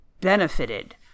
benefited